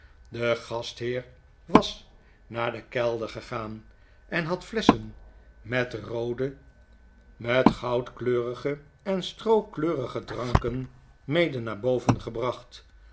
de gastheer was naar den kelder gegaan en had flesschen met roode met goudkleurige en strookleurige dranken mede naar boven gebracht